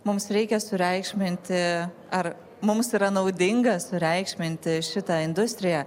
mums reikia sureikšminti ar mums yra naudinga sureikšminti šitą industriją